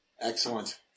Excellent